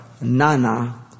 Nana